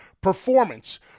performance